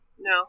No